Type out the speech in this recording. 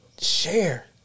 share